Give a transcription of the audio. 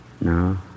No